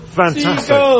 fantastic